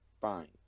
Fine